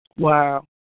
Wow